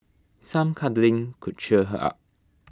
some cuddling could cheer her up